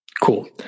Cool